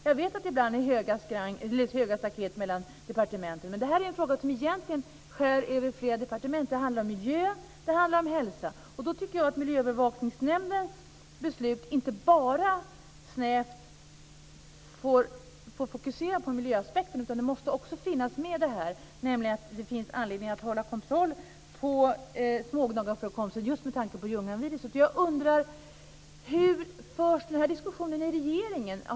Jag vet att det ibland är höga staket mellan departementen, men detta är en fråga som går över flera departement, eftersom den handlar om både miljö och hälsa. Jag tycker att Miljöövervakningsnämndens beslut inte snävt får fokusera bara på miljöaspekten. Det måste också finnas med att det finns anledning att hålla kontroll över smågnagarförekomsten just med tanke på Ljunganviruset. Jag undrar hur den här diskussionen förs i regeringen.